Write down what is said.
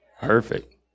Perfect